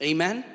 Amen